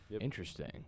interesting